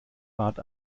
bat